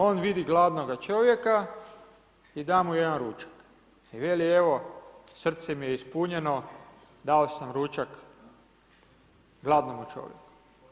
On vidi gladnoga čovjeka i da mu jedan ručak i veli, evo srce mi je ispunjeno, dao sam ručak gladnome čovjeku.